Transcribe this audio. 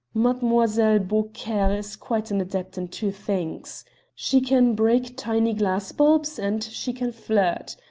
mademoiselle beaucaire is quite an adept in two things she can break tiny glass bulbs and she can flirt.